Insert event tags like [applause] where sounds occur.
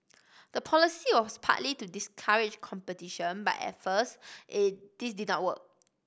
the policy was partly to discourage competition but at first [unintelligible] this did not work